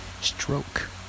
stroke